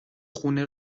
خونه